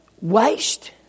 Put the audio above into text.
waste